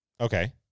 Okay